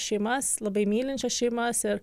šeimas labai mylinčias šeimas ir